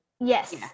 Yes